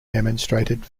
demonstrated